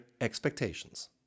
expectations